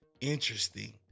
interesting